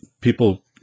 people